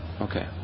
Okay